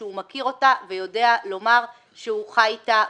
שהוא מכיר אותה והוא יודע לומר שהוא חי איתה בשלום.